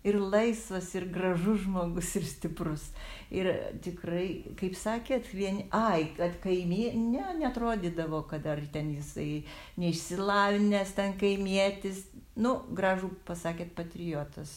ir laisvas ir gražus žmogus ir stiprus ir tikrai kaip sakėt vieni ai kad kaimy ne neatrodydavo kad dar ten jisai neišsilavinęs kaimietis nu gražų pasakėt patriotas